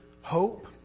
hope